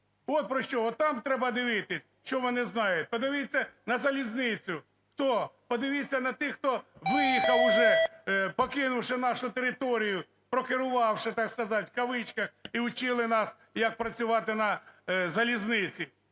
от про що, отам треба дивитись, що вони знають. Подивіться на залізницю, хто. Подивіться на тих, хто виїхав уже, покинувши нашу територію, прокерувавши, так сказать, в кавичках, і учили нас, як працювати на залізниці.